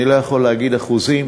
אני לא יכול להגיד אחוזים,